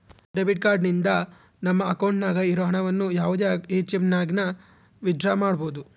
debit card ನಿಂದ ನಮ್ಮ ಅಕೌಂಟ್ನಾಗ ಇರೋ ಹಣವನ್ನು ಯಾವುದೇ ಎಟಿಎಮ್ನಾಗನ ವಿತ್ ಡ್ರಾ ಮಾಡ್ಬೋದು